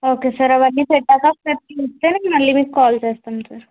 okay sir అవి అన్నిపెట్టాక ఒకసారి చూస్తే నేను మళ్ళి మీకు కాల్ చేస్తాను సార్